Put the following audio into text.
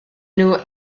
nhw